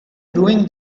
doing